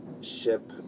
ship